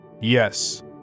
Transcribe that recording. Yes